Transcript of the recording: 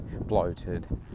bloated